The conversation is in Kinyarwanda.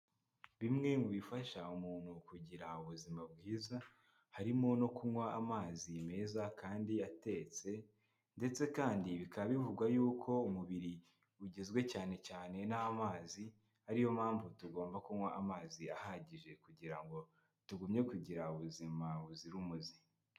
Bimwe mu bifasha umuntu kugira ubuzima bwiza harimo no kunywa amazi meza kandi atetse ndetse kandi bikaba bivugwa yuko umubiri ugizwe cyane cyane n'amazi, ari yo mpamvu tugomba kunywa amazi ahagije kugira ngo tugumye kugira ubuzima buzira umuze.